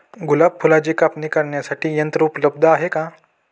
गुलाब फुलाची कापणी करण्यासाठी यंत्र उपलब्ध आहे का?